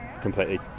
completely